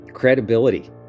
credibility